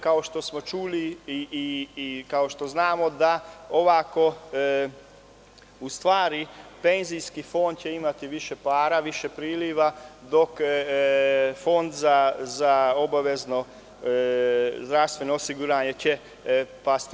Kao što smo čuli i kao što znamo, ovako će u stvari penzijski fond imati više para, više priliva, dok će Fond za obavezno zdravstveno osiguranje pasti.